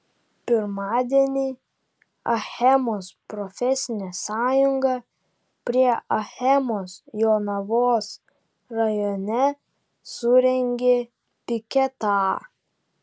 pirmadienį achemos profesinė sąjunga prie achemos jonavos rajone surengė piketą